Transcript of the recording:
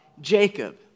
Jacob